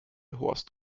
horst